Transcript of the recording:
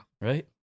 right